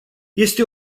este